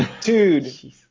Dude